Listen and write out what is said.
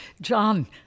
John